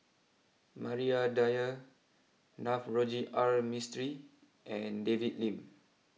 Maria Dyer Navroji R Mistri and David Lim